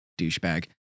douchebag